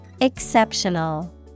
Exceptional